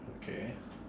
okay